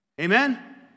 Amen